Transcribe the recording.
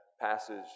passage